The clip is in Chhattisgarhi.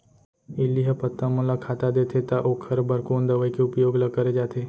इल्ली ह पत्ता मन ला खाता देथे त ओखर बर कोन दवई के उपयोग ल करे जाथे?